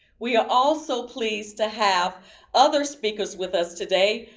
we are also pleased to have other speakers with us today,